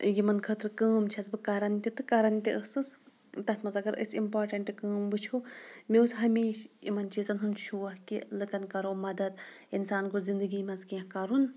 یِمَن خٲطرٕ کٲم چھٮ۪س بہٕ کَران تہِ تہٕ کَران تہِ ٲسٕس تَتھ منٛز اگر أسۍ اِمپاٹَنٛٹ کٲم وٕچھو مےٚ اوس ہمیشہِ یِمَن چیٖزَن ہُنٛد شوق کہِ لُکَن کَرو مَدَد اِنسان گوٚژھ زِندگی منٛز کینٛہہ کَرُن